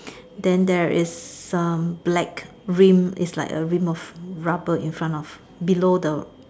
then there is um black rim it's like a rim of rubber in front of below the